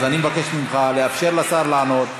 אז אני מבקש ממך לאפשר לשר לענות.